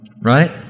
right